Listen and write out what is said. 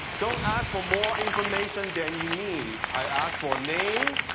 don't ask for more information than you need. i ask for name,